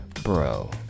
Bro